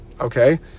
Okay